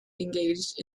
engaged